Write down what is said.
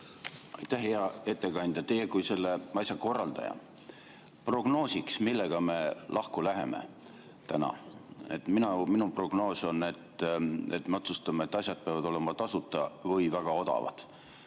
Hea ettekandja! Teie kui selle arutelu korraldaja – kui prognoosiks, millega me lahku läheme täna. Minu prognoos on, et me otsustame, et asjad peavad olema tasuta või väga odavad.